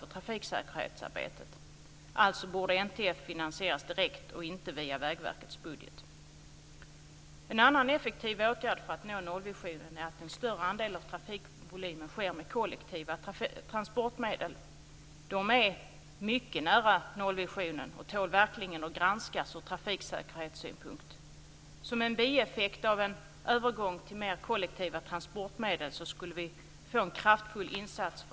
Här har NTF tagit fram en statistik som visar att 300 personer har dött 1995-1997. Samtidigt har NTF gjort en studie över hur man följer hastighetsbegränsningarna. Här kan man se att en liten del av yrkesförarna faktiskt följde hastighetsbegränsningsreglerna, men inte de flesta.